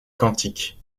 quantique